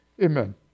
Amen